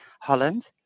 Holland